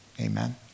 Amen